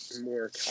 more